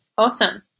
Awesome